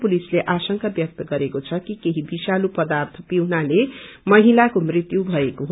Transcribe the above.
पुलिसले आशंका व्यक्त गरेको छ कि केही विषालु पर्दाथ पिउनाले महिलाको मृत्यु भएको हो